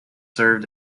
served